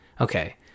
okay